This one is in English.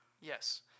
Yes